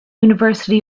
university